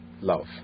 love